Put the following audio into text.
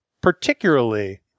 particularly